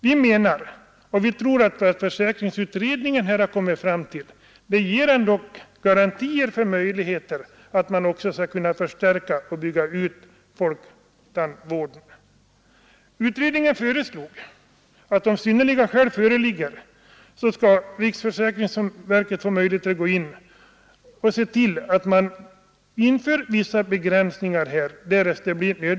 Vi menar och tror att det som försäkringsutredningen kommit fram till ändock ger garantier för möjligheterna att förstärka och bygga ut folktandvården. Utredningen föreslog att om synnerliga skäl gör det nödvändigt skall riksförsäkringsverket få möjlighet att gå in med vissa begränsningar.